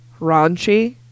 raunchy